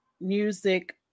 music